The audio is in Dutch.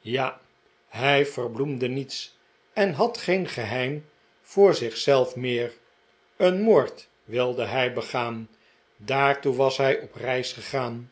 ja hij verbloemde niets en had geen geheim voor zich zelf meer een moord wilde hij begaan daartoe was hij op reis gegaan